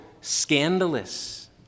scandalous